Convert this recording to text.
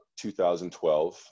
2012